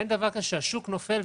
אין דבר כזה שהשוק נופל,